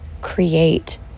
create